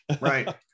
right